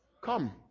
come